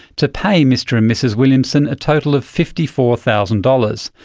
to pay mr and mrs williamson a total of fifty four thousand dollars.